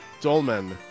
Dolmen